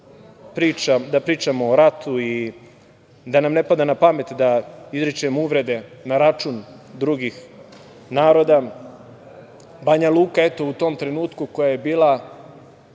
da pričamo o ratu, i da nam ne pada na pamet da izričemo uvrede na račun drugih naroda. Banjaluka, eto, gde su postojale